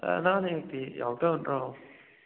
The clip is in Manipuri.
ꯑꯅꯥ ꯑꯌꯦꯛꯇꯤ ꯌꯥꯎꯗꯕ ꯅꯠꯇ꯭ꯔꯣ